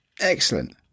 Excellent